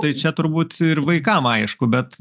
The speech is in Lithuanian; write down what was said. tai čia turbūt ir vaikam aišku bet